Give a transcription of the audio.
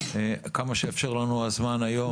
כמה שיאפשר לנו הזמן היום,